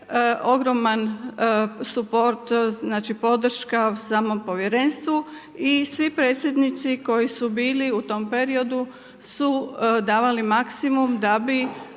ogroman suport, znači podrška samom povjerenstvu i svi predsjednici koji su bili u tom periodu su davali maksimum da bi